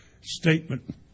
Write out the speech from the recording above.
statement